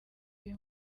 uyu